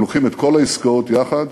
הם לוקחים את כל העסקאות יחד,